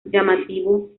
llamativo